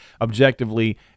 objectively